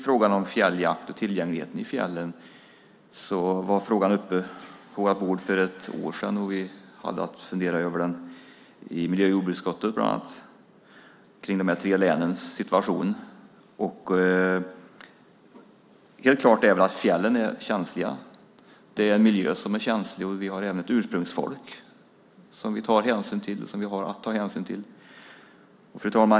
Frågan om fjälljakt och tillgänglighet i fjällen var uppe för ett år sedan, då vi hade att fundera över den i miljö och jordbruksutskottet. Det gällde de tre länens situation. Helt klart är att fjällen är känsliga. Det är en miljö som är känslig, och vi har även ett ursprungsfolk som vi har att ta hänsyn till.